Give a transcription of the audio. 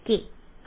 k